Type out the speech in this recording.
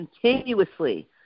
continuously